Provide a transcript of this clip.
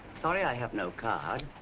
sorry, i have no card.